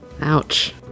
Ouch